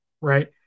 right